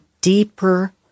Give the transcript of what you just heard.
deeper